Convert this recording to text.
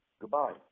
goodbye